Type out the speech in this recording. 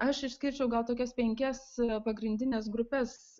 aš išskirčiau gal tokias penkias pagrindines grupes